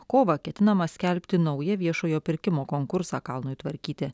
kovą ketinama skelbti naują viešojo pirkimo konkursą kalnui tvarkyti